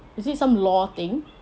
is it some law thing